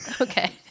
Okay